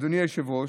אדוני היושב-ראש,